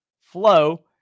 flow